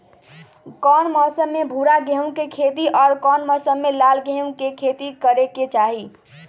कौन मौसम में भूरा गेहूं के खेती और कौन मौसम मे लाल गेंहू के खेती करे के चाहि?